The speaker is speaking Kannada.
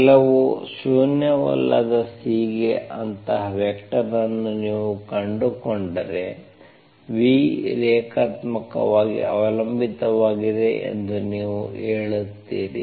ಕೆಲವು ಶೂನ್ಯವಲ್ಲದ C ಗೆ ಅಂತಹ ವೆಕ್ಟರ್ ಅನ್ನು ನೀವು ಕಂಡುಕೊಂಡರೆ v ರೇಖಾತ್ಮಕವಾಗಿ ಅವಲಂಬಿತವಾಗಿದೆ ಎಂದು ನೀವು ಹೇಳುತ್ತೀರಿ